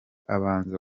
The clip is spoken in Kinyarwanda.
abanza